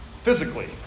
Physically